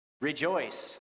Rejoice